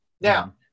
Now